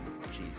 Jesus